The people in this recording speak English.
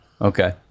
Okay